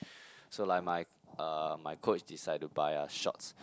so like my uh my coach decided by us shorts